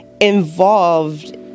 involved